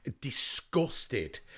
disgusted